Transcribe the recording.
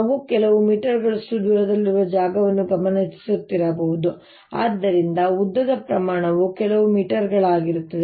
ನಾನು ಕೆಲವು ಮೀಟರ್ಗಳಷ್ಟು ದೂರದಲ್ಲಿರುವ ಜಾಗವನ್ನು ಗಮನಿಸುತ್ತಿರಬಹುದು ಆದ್ದರಿಂದ ಉದ್ದದ ಪ್ರಮಾಣವು ಕೆಲವು ಮೀಟರ್ಗಳಾಗಿರುತ್ತದೆ